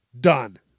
done